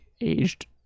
aged